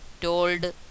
told